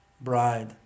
Bride